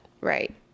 Right